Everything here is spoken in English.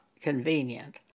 convenient